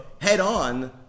head-on